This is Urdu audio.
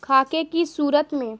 خاکے کی صورت میں